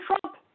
Trump